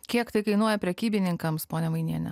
kiek tai kainuoja prekybininkams ponia vainiene